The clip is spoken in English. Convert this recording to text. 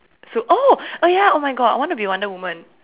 so oh oh ya oh my God I want to be wonder woman